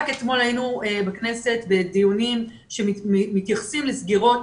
רק אתמול היינו בכנסת בדיונים שמתייחסים לסגירות